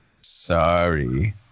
Sorry